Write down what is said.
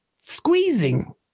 squeezing